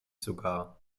sogar